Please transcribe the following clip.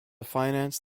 finance